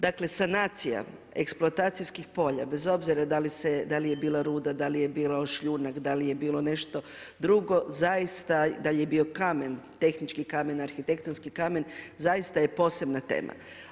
Dakle sanacija eksploatacijskih polja bez obzira da li je bila ruda, da li je bio šljunak, da li je bilo nešto drugo zaista da li je bio kamen, tehnički kamen, arhitektonski kamen zaista je posebna tema.